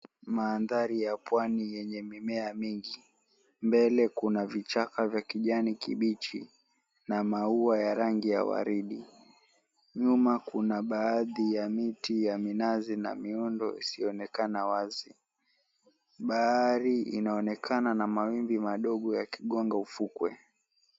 Manthari ya pwani yenye mimea mingi, mbele kuna vichaka vya kijani kibichi na maua ya rangi ya waridi, nyuma kuna baadhi ya miti ya na minazi na miundo isiyoonekana wazi, bahari inaonekana na mawimbi madogo yakigonga ufukwe.